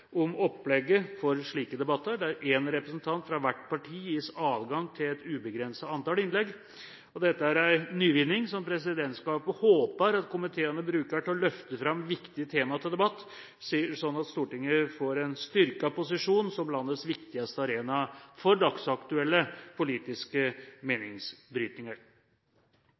opplegget for slike debatter, der én representant fra hvert parti gis adgang til et ubegrenset antall innlegg. Dette er en nyvinning som presidentskapet håper at komiteene vil bruke til å løfte fram viktige temaer til debatt, sånn at Stortinget får en styrket posisjon som landets viktigste arena for dagsaktuelle politiske meningsbrytninger.